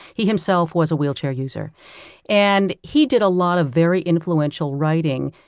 he himself was a wheelchair user and he did a lot of very influential writing.